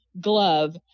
glove